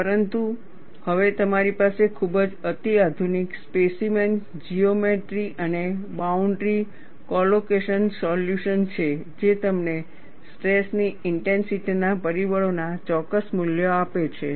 પરંતુ હવે તમારી પાસે ખૂબ જ અત્યાધુનિક સ્પેસીમેન જીઓમેટ્રી અને બાઉન્ડ્રી કોલોકેશન સોલ્યુશન છે જે તમને સ્ટ્રેસની ઇન્ટેન્સિટી ના પરિબળોના ચોક્કસ મૂલ્યો આપે છે